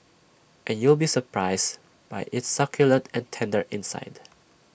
and you'll be surprised by its succulent and tender inside